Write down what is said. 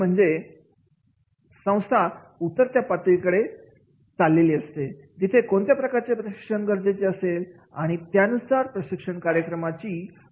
जर संस्था उतरत्या पातळीत असेल तरतिथे कोणत्या प्रकारचे प्रशिक्षण गरजेचे असेल आणि त्यानुसार प्रशिक्षण कार्यक्रमाची घोषणा केली जाते